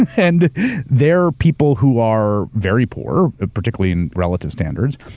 and their people who are very poor particularly relative standards.